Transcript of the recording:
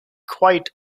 quite